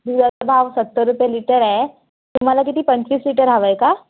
दुधाचा भाव सत्तर रुपये लिटर आहे तुम्हाला किती पंचवीस लिटर हवं आहे का